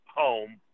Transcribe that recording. home